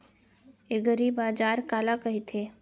एगरीबाजार काला कहिथे?